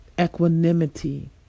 equanimity